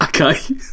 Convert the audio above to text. okay